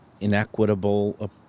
inequitable